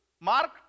Mark